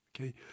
okay